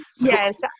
Yes